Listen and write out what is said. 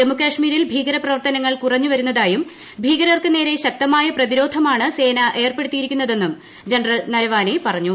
ജമ്മുകശ്മീരിൽ ഭീകരപ്രവർത്തനങ്ങൾക്കു്റഞ്ഞുവരുന്നതായും ഭീകരർക്ക് നേരെ ശക്തമായ പ്രതിരോദ്ധമാണ് സേന ഏർപ്പെടുത്തിയിരിക്കുന്നതെണ്ടു ജനറൽ നരവാനേ പറഞ്ഞു